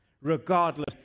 Regardless